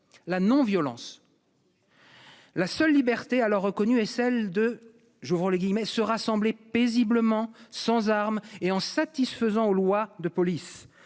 la non-violence. La seule liberté alors reconnue est celle de « s'assembler paisiblement et sans armes, en satisfaisant aux lois de police